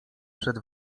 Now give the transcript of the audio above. przed